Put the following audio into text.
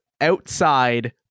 outside